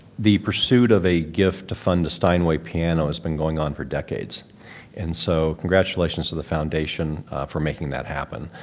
the pursuit of a gift to fund the steinway piano has been going on for decades and so congratulations to the foundation for making that happen.